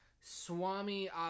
Swami